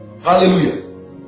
Hallelujah